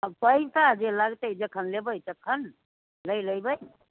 पैसा जे लगतै जखन लेबै तखन ने लै लऽ अइबै